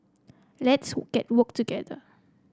let's get work what together